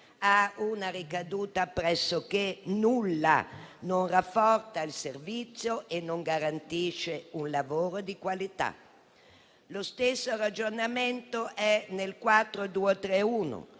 ha una ricaduta pressoché nulla, non rafforza il servizio e non garantisce un lavoro di qualità. Lo stesso ragionamento è contenuto